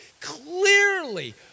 clearly